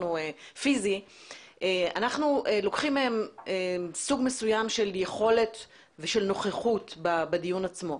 אנחנו לוקחים מהם סוג מסוים של יכולת ושל נוכחות בדיון עצמו.